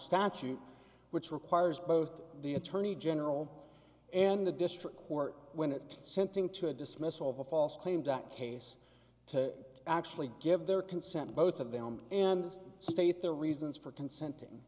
statute which requires both the attorney general and the district court when it scenting to a dismissal of a false claim that case to actually give their consent both of them and state their reasons for consenting